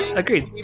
agreed